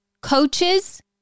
coaches